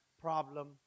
problem